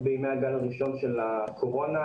לפי מחברי הדוח,